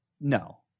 no